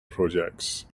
projects